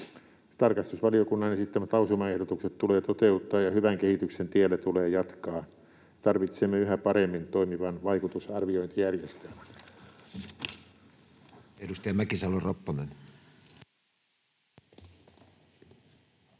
Tarkastusvaliokunnan esittämät lausumaehdotukset tulee toteuttaa, ja hyvän kehityksen tiellä tulee jatkaa. Tarvitsemme yhä paremmin toimivan vaikutusarviointijärjestelmän.